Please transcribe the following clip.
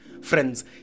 Friends